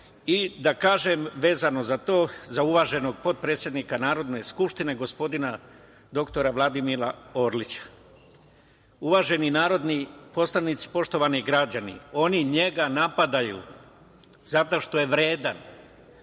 kažem vezano za to, za uvaženog potpredsednika Narodne skupštine, gospodina dr Vladimira Orlića. Uvaženi narodni poslanici, poštovani građani, oni njega napadaju zato što je vredan,